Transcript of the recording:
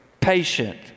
patient